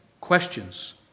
questions